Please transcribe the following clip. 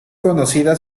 conocida